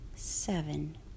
Seven